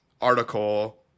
article